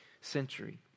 century